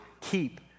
keep